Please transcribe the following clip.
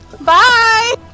Bye